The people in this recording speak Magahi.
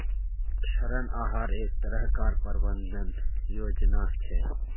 ऋण आहार एक तरह कार प्रबंधन योजना छे